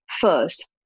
first